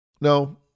No